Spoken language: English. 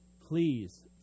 please